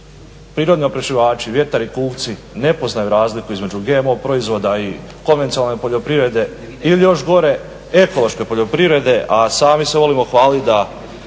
prirodni oprašivači vjetar i kukci ne poznaju razliku između GMO proizvoda i konvencionalne poljoprivrede ili još gore ekološke poljoprivrede. A sami se volimo hvaliti da